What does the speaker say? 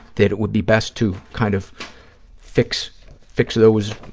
that it would be best to kind of fix fix those,